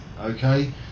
okay